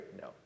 No